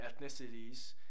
ethnicities